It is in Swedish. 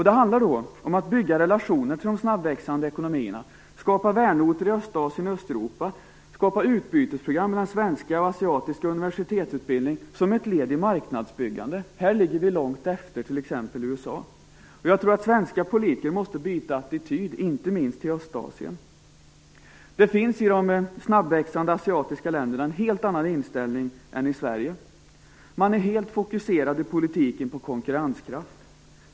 Det handlar då om att bygga relationer till de snabbväxande ekonomierna, skapa vänorter i Östasien och Östeuropa, skapa utbytesprogram mellan svensk och asiatisk universitetsutbildning, som ett led i marknadsbyggande. Här ligger vi långt efter t.ex. USA. Svenska politiker måste byta attityd, inte minst till Östasien. Det finns i de snabbväxande asiatiska länderna en helt annan inställning än i Sverige. Man är i politiken helt fokuserad på konkurrenskraft.